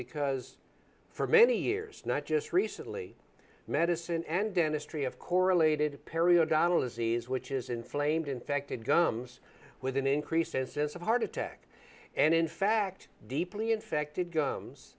because for many years not just recently medicine and dentistry of correlated periodontal disease which is inflamed infected gums with an increase in sense of heart attack and in fact deeply infected gums